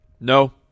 No